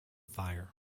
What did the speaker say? fire